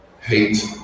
hate